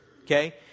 okay